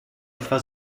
etwa